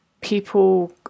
people